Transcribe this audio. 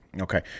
Okay